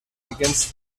against